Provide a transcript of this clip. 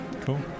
Cool